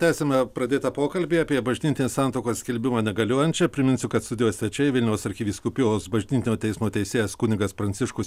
tęsiame pradėtą pokalbį apie bažnytinės santuokos skelbimą negaliojančia priminsiu kad studijos svečiai vilniaus arkivyskupijos bažnytinio teismo teisėjas kunigas pranciškus